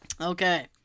Okay